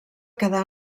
quedar